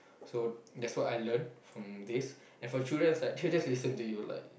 so that's what I learn from this as for children is like they will just listen to you like